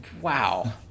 wow